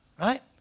right